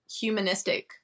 humanistic